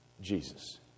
Jesus